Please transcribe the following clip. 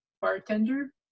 bartender